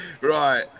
Right